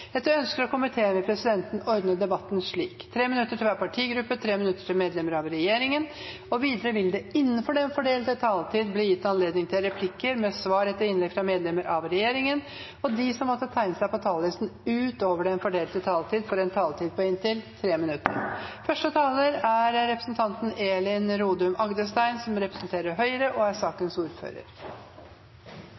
Etter ønske fra justiskomiteen vil presidenten ordne debatten slik: 5 minutter til hver partigruppe og 5 minutter til medlemmer av regjeringen. Videre vil det – innenfor den fordelte taletid – bli gitt anledning til inntil fem replikker med svar etter innlegg fra medlemmer av regjeringen, og de som måtte tegne seg på talerlisten utover den fordelte taletid, får en taletid på inntil 5 minutter. Første taler er Per-Willy Amundsen, for sakens ordfører, Kjell-Børge Freiberg. Konkret er dette et representantforslag fra Senterpartiet, som